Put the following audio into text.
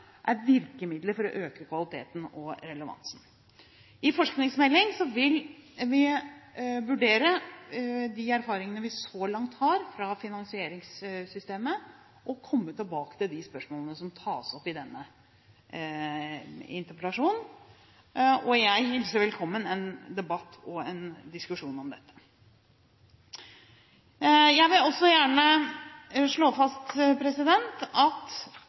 er virkemidler for å øke kvaliteten og relevansen. I forskningsmelding vil vi vurdere de erfaringene vi så langt har fra finansieringssystemet, og komme tilbake til de spørsmålene som tas opp i denne interpellasjonen. Jeg hilser velkommen en debatt og en diskusjon om dette. Jeg vil også gjerne slå fast at